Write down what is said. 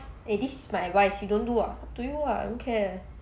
eh this is my advice you don't do ah up to you ah I don't care